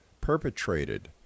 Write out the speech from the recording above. perpetrated